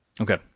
Okay